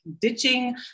ditching